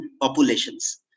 populations